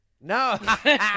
No